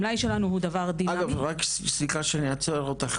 המלאי שלנו הוא דבר דינאמי --- סליחה שאני עוצר אותך,